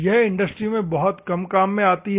यह इंडस्ट्री में बहुत कम काम में आती है